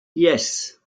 yes